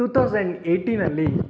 to thousand ಏಟೀನಲ್ಲಿ